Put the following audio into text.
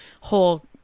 whole